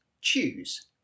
choose